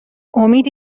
امید